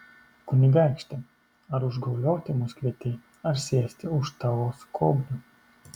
kunigaikšti ar užgaulioti mus kvietei ar sėsti už tavo skobnių